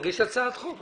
תגיש הצעת חוק.